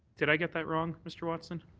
did i get that wrong, mr. watson?